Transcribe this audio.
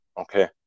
okay